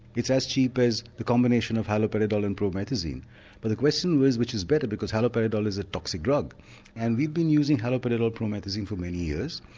it's as cheap as the combination of haloperidol and promethazine but the question was which is better because haloperidol is a toxic drug and we've been using haloperidol promethazine for many years.